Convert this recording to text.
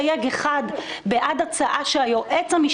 שלטון החוק.